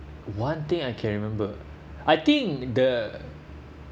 one thing I can remember I think the